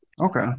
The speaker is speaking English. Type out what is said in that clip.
Okay